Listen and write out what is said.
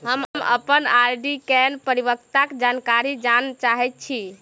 हम अप्पन आर.डी केँ परिपक्वता जानकारी जानऽ चाहै छी